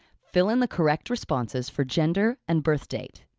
fill in the correct responses for gender and birth date.